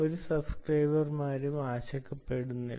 ഒരു സബ്സ്ക്രൈബർമാരും ആശങ്കപ്പെടുന്നില്ല